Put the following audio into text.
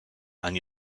and